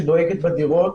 שדואגת בדירות.